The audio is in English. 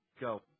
Go